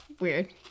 weird